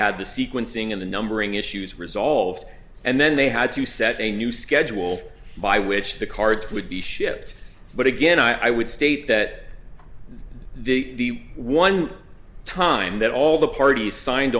had the sequencing and the numbering issues resolved and then they had to set a new schedule by which the cards would be shipped but again i would state that the one time that all the parties signed